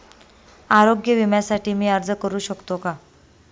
आरोग्य विम्यासाठी मी अर्ज करु शकतो का?